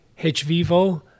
HVivo